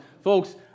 folks